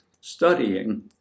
studying